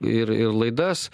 ir ir laidas